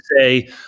say